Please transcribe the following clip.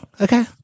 okay